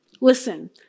listen